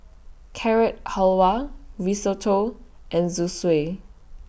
Carrot Halwa Risotto and Zosui